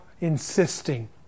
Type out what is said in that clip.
insisting